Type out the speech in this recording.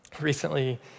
Recently